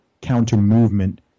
counter-movement